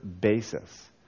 basis